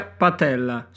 patella